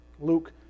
Luke